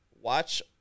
watch